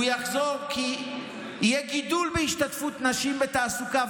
הוא יחזור כי יהיה גידול בהשתתפות נשים בתעסוקה,